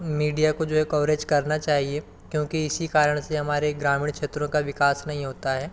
media को जो है कवरेज करना चाहिए क्योंकि इसी कारण से हमारे ग्रामीण क्षेत्रों का विकास नहीं होता है